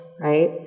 right